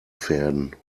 pferden